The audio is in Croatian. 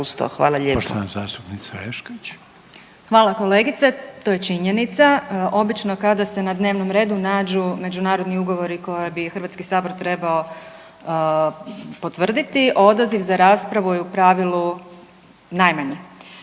Hvala kolegice. To je činjenica, obično kada se na dnevnom redu nađu međunarodni ugovori koje bi HS trebao potvrditi, odaziv za raspravu je u pravilu najmanji.